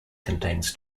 contains